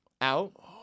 Out